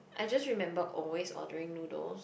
I just remembered always ordering noodles